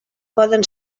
poden